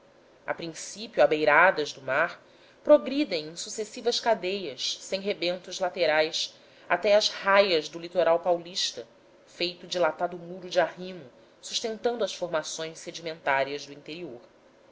a princípio abeiradas do mar progridem em sucessivas cadeias sem rebentos laterais até às raias do litoral paulista feito dilatado muro de arrimo sustentando as formações sedimentares do interior